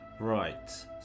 Right